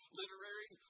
literary